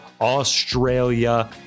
Australia